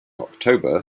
october